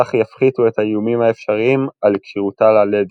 וכך יפחיתו את האיומים האפשריים על כשירותה ללדת.